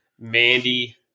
Mandy